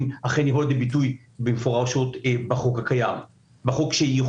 יבואו אכן לידי ביטוי מפורשות בחוק שיחוקק.